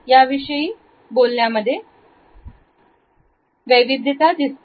याविषयी वैविध्यता दिसते